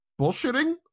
bullshitting